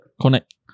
Connect